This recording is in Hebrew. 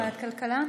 כלכלה?